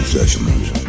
Sessions